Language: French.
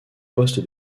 poste